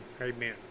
amen